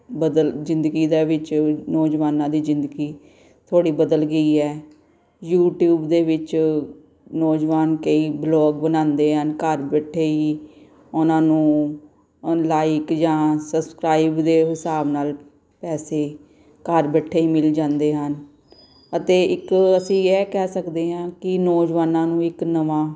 ਬਦਲ ਜ਼ਿੰਦਗੀ ਦੇ ਵਿੱਚ ਨੌਜਵਾਨਾਂ ਦੀ ਜ਼ਿੰਦਗੀ ਥੋੜ੍ਹੀ ਬਦਲ ਗਈ ਹੈ ਯੂਟਿਊਬ ਦੇ ਵਿੱਚ ਨੌਜਵਾਨ ਕਈ ਵਲੋਗ ਬਣਾਉਂਦੇ ਹਨ ਘਰ ਬੈਠੇ ਹੀ ਉਹਨਾਂ ਨੂੰ ਲਾਈਕ ਜਾਂ ਸਬਸਕ੍ਰਾਈਬ ਦੇ ਹਿਸਾਬ ਨਾਲ ਪੈਸੇ ਘਰ ਬੈਠੇ ਹੀ ਮਿਲ ਜਾਂਦੇ ਹਨ ਅਤੇ ਇੱਕ ਅਸੀਂ ਇਹ ਕਹਿ ਸਕਦੇ ਹਾਂ ਕਿ ਨੌਜਵਾਨਾਂ ਨੂੰ ਇੱਕ ਨਵਾਂ